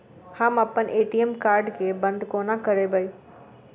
हम अप्पन ATM card केँ बंद कोना करेबै?